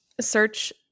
search